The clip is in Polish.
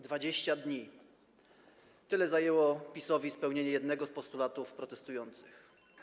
20 dni - tyle zajęło PiS-owi spełnienie jednego z postulatów protestujących.